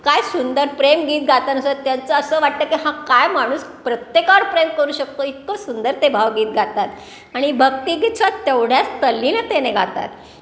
काय सुंदर प्रेम गीत गाताना सुद्धा त्यांचं असं वाटतं की हा काय माणूस प्रत्येकावर प्रेम करू शकतो इतकं सुंदर ते भावगीत गातात आणि भक्तिगीत सुद्धा तेवढ्याच तल्लिनतेने गातात